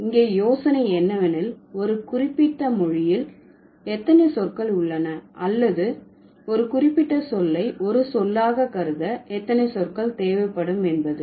இங்கே யோசனை என்னவெனில் ஒரு குறிப்பிட்ட மொழியில் எத்தனை சொற்கள் உள்ளன அல்லது ஒரு குறிப்பிட்ட சொல்லை ஒரு சொல்லாக கருத எத்தனை சொற்கள் தேவைப்படும் என்பது